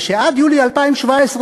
זה שעד יולי 2017,